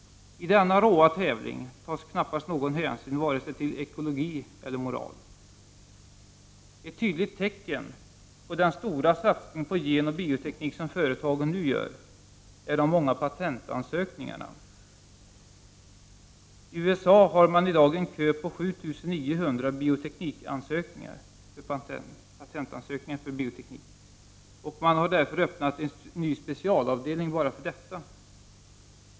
I denna råa tävling tas knappast någon hänsyn till vare sig ekologi eller moral. Ett tydligt tecken på den stora satsning på genoch bioteknik som företagen nu gör är de många patentansökningarna. I USA har man i dag en kö på 7 900 patentansökningar för bioteknik, och man har därför öppnat en ny specialavdelning för detta.